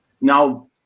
Now